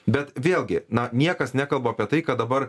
bet vėlgi na niekas nekalba apie tai kad dabar